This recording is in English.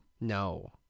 No